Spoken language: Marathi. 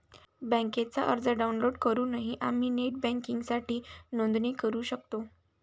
बँकेचा अर्ज डाउनलोड करूनही आम्ही नेट बँकिंगसाठी नोंदणी करू शकतो